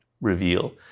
reveal